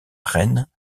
rennes